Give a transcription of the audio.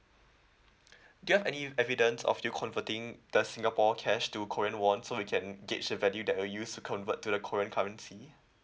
do you have any evidence of you converting the singapore cash to korean won so we can gauge the value that were used to convert to the korean currency